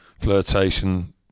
flirtation